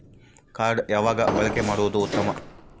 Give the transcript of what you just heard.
Card ಯಾವಾಗ ಬಳಕೆ ಮಾಡುವುದು ಉತ್ತಮ?